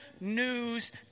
news